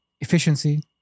efficiency